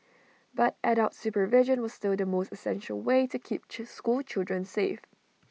but adult supervision was still the most essential way to keep school children safe